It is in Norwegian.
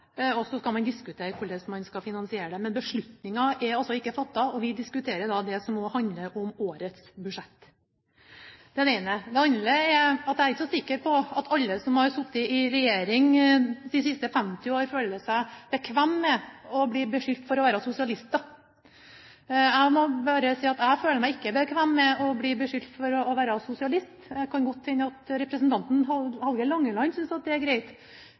og så skal man diskutere hvordan man skal finansiere det. Men beslutningen er ikke fattet, og vi diskuterer da det som nå handler om årets budsjett. Det er det ene. Det andre er at jeg ikke er så sikker på at alle som har sittet i regjering de siste 50 årene, føler seg bekvem med å bli beskyldt for å være sosialister. Jeg må bare si at jeg føler meg ikke bekvem med å bli beskyldt for å være sosialist. Det kan godt hende at representanten Hallgeir H. Langeland synes det er greit,